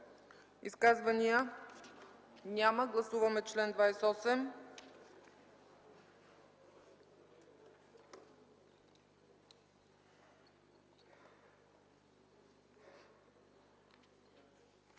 Изказвания? Няма Гласуваме чл. 29.